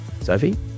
Sophie